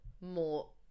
more